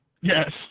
Yes